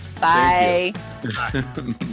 Bye